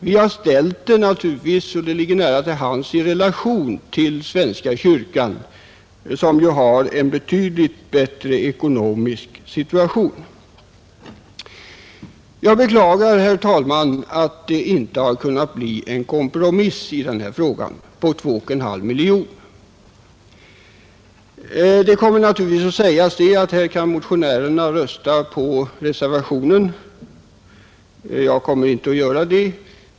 Eftersom det ligger nära till hands har vi ställt anslagsfrågan i relation till svenska kyrkan, som har en betydligt bättre ekonomisk situation, Jag beklagar, herr talman, att det inte kunnat bli en kompromiss på 2,5 miljoner kronor i denna fråga. Det kommer naturligtvis att sägas att motionärerna kan rösta för reservationen, Jag kommer inte att göra det.